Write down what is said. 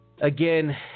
again